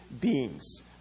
beings